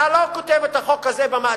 אתה לא כותב את החוק הזה במאדים.